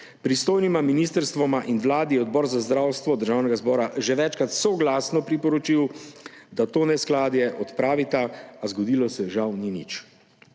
Pristojnima ministrstvoma in Vladi je Odbor za zdravstvo Državnega zbora že večkrat soglasno priporočil, da to neskladje odpravita, a zgodilo se žal ni nič.